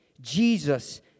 Jesus